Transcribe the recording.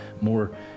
more